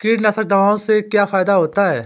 कीटनाशक दवाओं से क्या फायदा होता है?